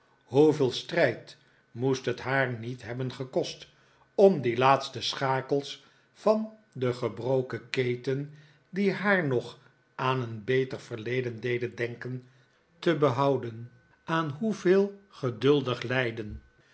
hoeveel strijd moest het haar niet hebben gekost om die laatste schakels van de gebroken keten die haar nog aan een beter verleden deden denken te behouden aan hoeveel geduldig lijden